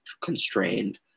constrained